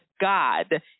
God